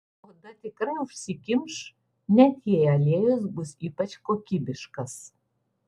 oda tikrai užsikimš net jei aliejus bus ypač kokybiškas